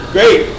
Great